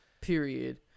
period